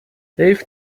حیف